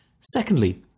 Secondly